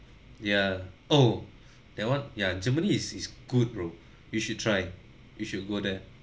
yeah oh that one ya germany is is good bro you should try you should go there